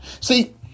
see